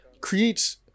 creates